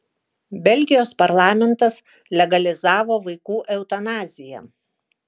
belgijos parlamentas legalizavo vaikų eutanaziją